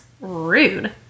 Rude